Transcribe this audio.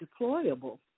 deployable